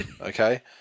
Okay